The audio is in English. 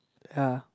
ya